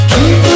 Keep